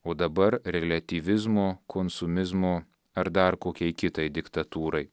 o dabar reliatyvizmo konsumizmo ar dar kokiai kitai diktatūrai